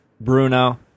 Bruno